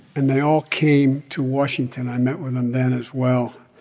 and they all came to washington. i met with them then as well,